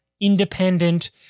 independent